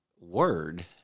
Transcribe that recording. word